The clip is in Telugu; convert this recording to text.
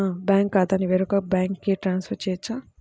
నా బ్యాంక్ ఖాతాని వేరొక బ్యాంక్కి ట్రాన్స్ఫర్ చేయొచ్చా?